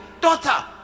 Daughter